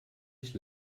ich